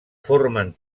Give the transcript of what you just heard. formen